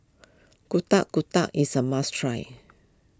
Getuk Getuk is a must try